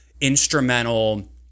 instrumental